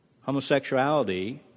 homosexuality